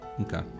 Okay